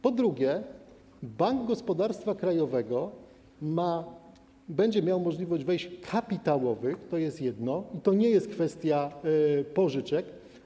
Po drugie, Bank Gospodarstwa Krajowego będzie miał możliwość dokonywania wejść kapitałowych, to jest jedno, i to nie jest kwestia pożyczek.